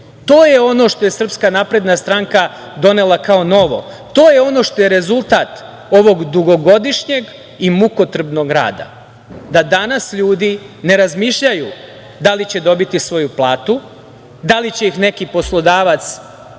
to je ono što je SNS donela kao novo, to je ono što je rezultat ovog dugogodišnjeg i mukotrpnog rada, da danas ljudi ne razmišljaju da li će dobiti svoju platu, da li će ih neki poslodavac